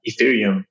Ethereum